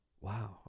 Wow